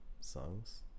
songs